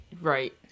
Right